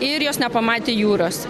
ir jos nepamatė jūros